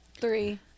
three